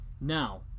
Now